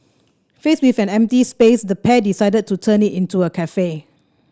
faced with an empty space the pair decided to turn it into a cafe